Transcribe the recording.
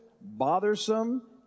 bothersome